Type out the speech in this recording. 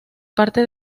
parte